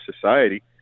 society